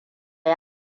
yi